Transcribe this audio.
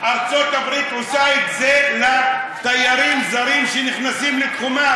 ארצות-הברית עושה את זה לתיירים זרים שנכנסים לתחומה,